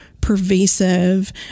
pervasive